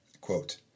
quote